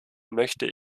möchte